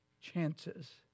chances